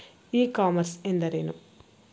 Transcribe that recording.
E commerce ಎಂದರೇನು?